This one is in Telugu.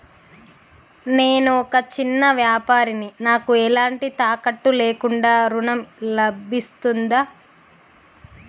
నేను ఒక చిన్న వ్యాపారిని నాకు ఎలాంటి తాకట్టు లేకుండా ఋణం లభిస్తదా?